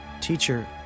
Teacher